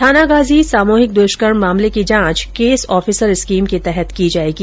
थानागाजी सामूहिक दुष्कर्म मामले की जांच केस ऑफिसर स्कीम के तहत की जायेगी